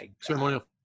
ceremonial